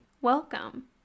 Welcome